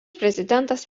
prezidentas